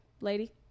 Lady